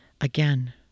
again